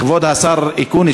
כבוד השר אקוניס,